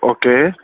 okay